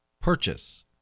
purchase